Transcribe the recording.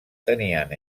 tenien